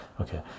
Okay